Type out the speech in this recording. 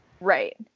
Right